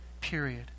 period